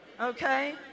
Okay